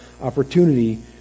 opportunity